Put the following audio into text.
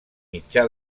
mitjà